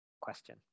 question